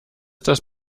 das